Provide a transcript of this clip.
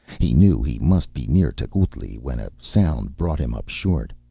he knew he must be near tecuhltli, when a sound brought him up short.